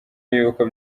y’uko